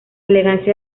elegancia